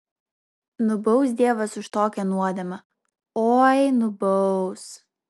nubaus dievas už tokią nuodėmę oi nubaus